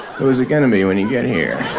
who is it going to be when you get here?